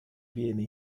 viene